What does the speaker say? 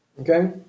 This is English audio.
Okay